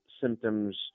symptoms